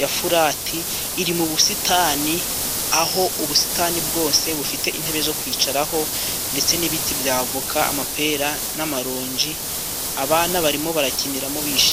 ya furati iri mu busitani aho ubusitani bwose bufite intebe zo kwicaraho ndetse n'ibiti byavoka, amapera n'amaronji. Abana barimo barakiniramo bishimye.